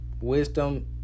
Wisdom